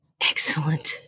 Excellent